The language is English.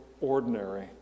ordinary